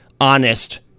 honest